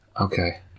Okay